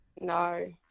No